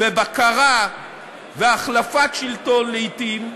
ובקרה, והחלפת שלטון, לעתים,